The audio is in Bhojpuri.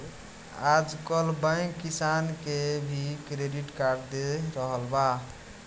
आजकल बैंक किसान के भी क्रेडिट कार्ड दे रहल बा